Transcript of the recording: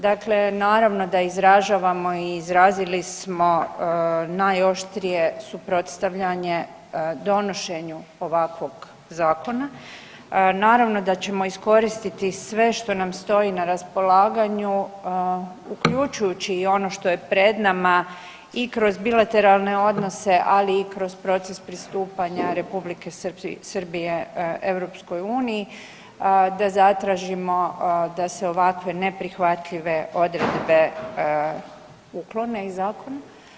Dakle, naravno da izražavamo i izrazili smo najoštrije suprotstavljanje donošenje ovakvog zakona, naravno da ćemo iskoristiti sve što nam stoji na raspolaganju, uključujući i ono što je pred nama i kroz bilateralne odnose, ali i kroz proces pristupanja R. Srbije EU-i, da zatražimo da se ovakve neprihvatljive odredbe uklone iz zakona.